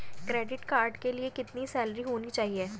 Credit card के लिए कितनी सैलरी होनी चाहिए?